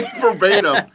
verbatim